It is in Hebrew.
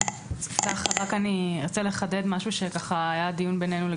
אני רק ארצה משהו שהיה לגביו דיון בינינו.